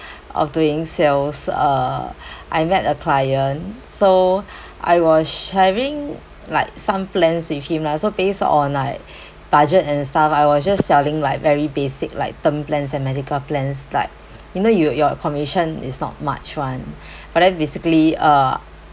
of doing sales uh I met a client so I was sharing like some plans with him lah so based on like budget and stuff I was just selling like very basic like term plans and medical plans like you know you your commission is not much [one] but then basically uh